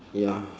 ya